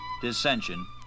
dissension